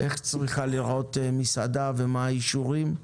איך צריכה להיראות מסעדה ומה האישורים.